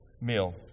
meal